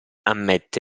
ammette